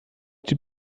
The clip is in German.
die